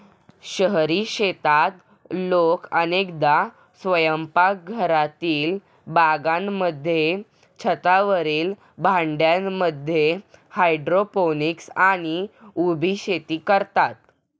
शहरी शेतीत लोक अनेकदा स्वयंपाकघरातील बागांमध्ये, छतावरील भांड्यांमध्ये हायड्रोपोनिक्स आणि उभी शेती करतात